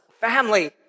Family